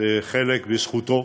חלק בזכותו,